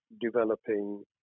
developing